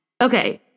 okay